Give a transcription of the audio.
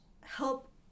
help